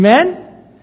Amen